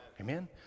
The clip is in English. Amen